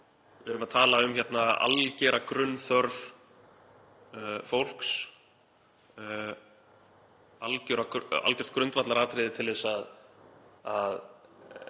Við erum að tala um algjöra grunnþörf fólks, algjört grundvallaratriði til að